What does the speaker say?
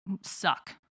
suck